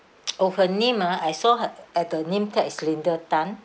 oh her name ah I saw her at the name tag is linda tan